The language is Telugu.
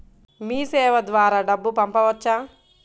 మీసేవ ద్వారా డబ్బు పంపవచ్చా?